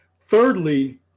Thirdly